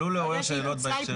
זה פיצול הוראת שעה.